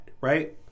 right